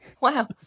Wow